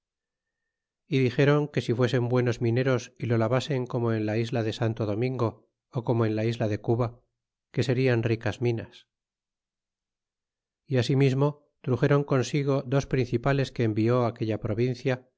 y dixéron que si fuesen buenos mineros y lo lavasen como en la isla de santo domingo ó como en la isla de cuba que serian ricas minas y asimismo truxeron consigo dos principales que envió aquella provincia